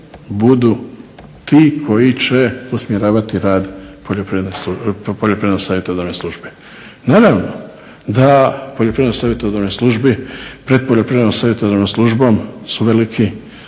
budu ti koji će usmjeravati rad Poljoprivredno savjetodavne službe. Naravno da Poljoprivredno savjetodavnoj službi, pred Poljoprivrednom savjetodavnom službom su velike